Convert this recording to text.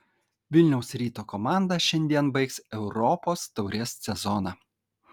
vilniaus ryto komanda šiandien baigs europos taurės sezoną